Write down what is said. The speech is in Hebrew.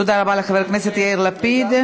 תודה רבה לחבר הכנסת יאיר לפיד.